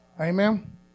Amen